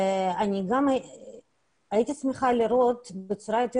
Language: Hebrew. אני גם הייתי שמחה לראות בצורה יותר